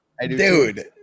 Dude